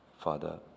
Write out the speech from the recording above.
Father